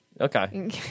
Okay